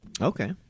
Okay